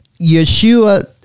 yeshua